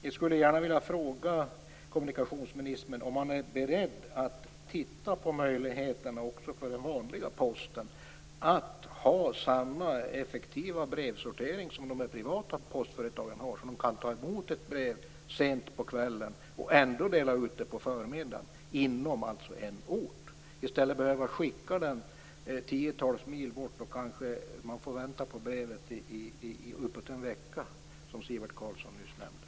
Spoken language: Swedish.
Jag skulle gärna vilja fråga kommunikationsministern om hon är beredd att titta på möjligheterna för Posten att ha samma effektiva brevsortering som de privata postföretagen har. Då kunde man ta emot brev sent på kvällen och ändå dela ut dem på förmiddagen inom en ort, i stället för att behöva skicka breven tiotals mil bort. Kanske får adressaten vänta på brevet uppåt en vecka, som Sivert Carlsson nyss nämnde.